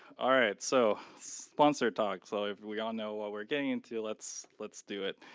all right so sponsor talk. so if we all know what we're getting into lets lets do it.